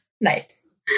Nice